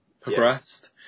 progressed